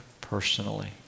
personally